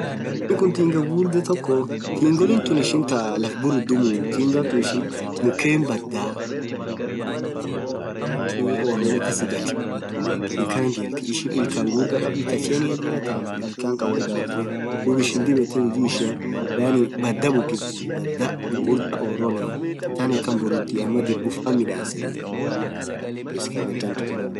Wonn Kun tinga ghughurdha toko tingolethu ishin taa laff burudhumuu tinga tun ishin mukhen badhaa mukhen orolee kasjaju Khan ishin ilkhan ghughurdha khadhi thaa chenia jira tham ill khan kawaida jira dhub ishin dhib yethee huji ishian yaani badhaa bukifthii badhaa ghughurdha orolea than akhan burudhi ama dhirbu faan midhaseni excavator tun